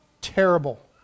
terrible